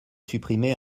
supprimer